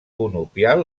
conopial